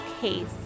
case